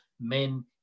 men